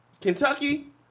Kentucky